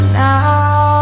now